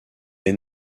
est